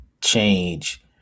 change